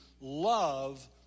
love